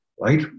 Right